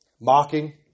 Mocking